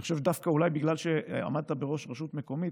אני חושב שדווקא בגלל שעמדת בראש רשות מקומית